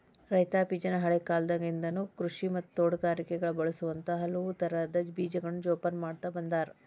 ರೈತಾಪಿಜನ ಹಳೇಕಾಲದಾಗಿಂದನು ಕೃಷಿ ಮತ್ತ ತೋಟಗಾರಿಕೆಗ ಬಳಸುವಂತ ಹಲವುತರದ ಬೇಜಗಳನ್ನ ಜೊಪಾನ ಮಾಡ್ತಾ ಬಂದಾರ